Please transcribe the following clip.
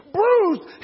bruised